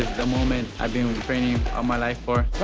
the moment i've been training all my life for.